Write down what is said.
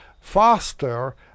faster